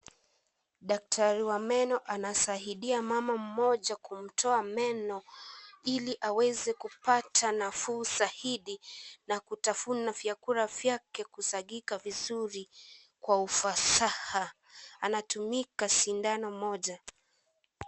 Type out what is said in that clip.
Daktari wa meno anasaidia mama mmoja kumtoa meno ili aweze kupata nafuu zaidi na kutfuna vyakula vyake kusagika vizuri kwa ufasaha anatumia ka sindano moja.